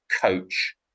coach